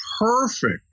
perfect